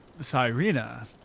sirena